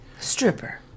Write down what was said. Stripper